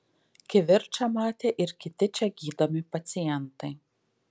kivirčą matė ir kiti čia gydomi pacientai